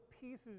pieces